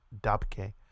Dabke